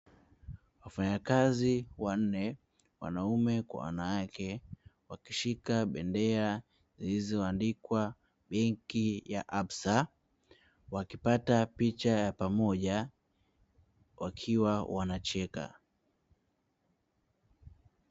Wafanyakazi wanne wanaume kwa wanawake wakishika bendera zilizoandikwa; 'benki ya absa' wakipata picha ya pamoja wakiwa wanacheka.